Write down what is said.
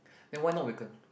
then why not awaken